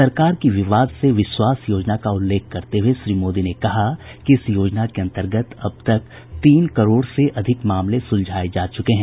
सरकार की विवाद से विश्वास योजना का उल्लेख करते हुए श्री मोदी ने कहा कि इस योजना के अंतर्गत अब तक तीन करोड़ से ज्यादा मामले सुलझाए जा चुके हैं